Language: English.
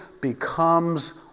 becomes